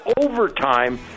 Overtime